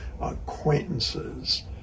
acquaintances